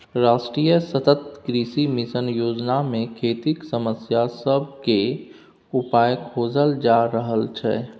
राष्ट्रीय सतत कृषि मिशन योजना मे खेतीक समस्या सब केर उपाइ खोजल जा रहल छै